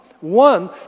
One